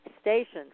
stations